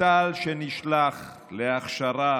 מובטל שנשלח להכשרה